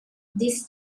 this